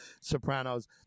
Sopranos